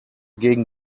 gegen